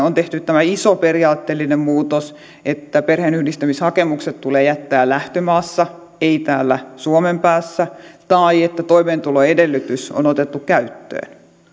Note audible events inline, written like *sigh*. *unintelligible* on tehty tämä iso periaatteellinen muutos että perheenyhdistämishakemukset tulee jättää lähtömaassa ei täällä suomen päässä tai että toimeentuloedellytys on otettu käyttöön